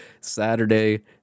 Saturday